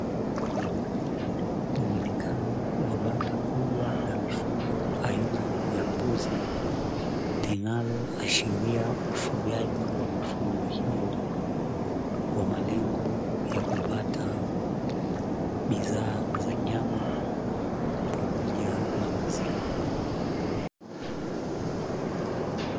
Muonekano wa banda kubwa la mifugo aina ya mbuzi, linaloashiria ufugaji wa mifugo hiyo kwa malengo ya kupata bidhaa za nyama pamoja na maziwa.